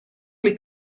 les